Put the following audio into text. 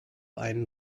einen